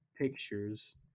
pictures